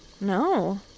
No